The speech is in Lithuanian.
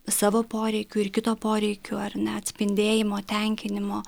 savo poreikių ir kito poreikių ar ne atspindėjimo tenkinimo